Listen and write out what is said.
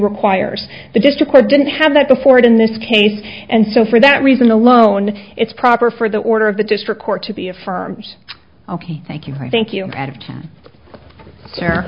requires the district didn't have that before it in this case and so for that reason alone it's proper for the order of the district court to be affirmed ok thank you thank you